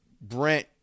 Brent